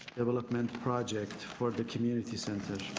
development project for the community center.